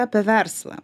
apie verslą